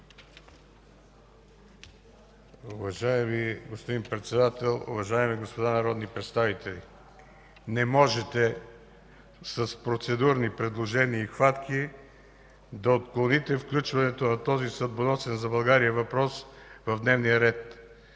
Уважаеми господин Председател, уважаеми дами и господа народни представители! Не можете с процедурни предложения и хватки да отклоните включването на този съдбоносен за България въпрос в дневния ред.